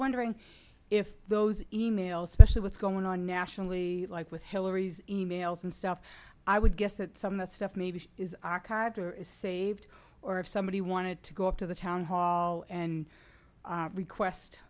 wondering if those emails specially what's going on nationally like with hillary's emails and stuff i would guess that some of the stuff maybe is archived or is saved or if somebody wanted to go up to the town hall and request